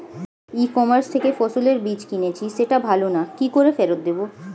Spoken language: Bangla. ই কমার্স থেকে ফসলের বীজ কিনেছি সেটা ভালো না কি করে ফেরত দেব?